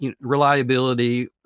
reliability